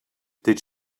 did